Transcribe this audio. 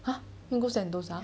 !huh! you want to go sentosa